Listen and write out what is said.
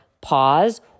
pause